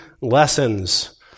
lessons